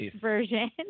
version